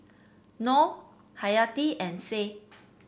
Noh Haryati and Said